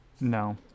no